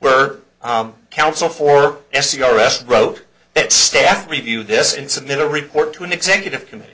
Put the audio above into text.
were counsel for s r s wrote that staff review this in submit a report to an executive committee